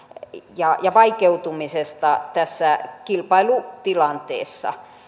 ja ja vaikeutumisesta tässä kilpailutilanteessa